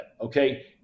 okay